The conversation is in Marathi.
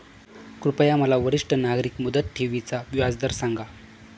कृपया मला वरिष्ठ नागरिक मुदत ठेवी चा व्याजदर सांगा